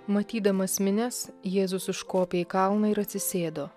matydamas minias jėzus užkopė į kalną ir atsisėdo